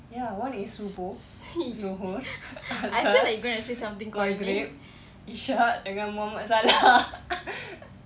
ya one is subuh zuhur asar maghrib isyak dengan mohamed saleh